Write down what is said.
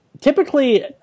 typically